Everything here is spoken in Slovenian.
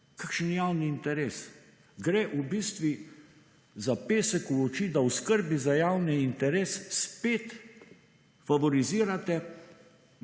Kakšen javni interes? Gre v bistvu za pesek v oči, da v skrbi za javni interes spet favorizirate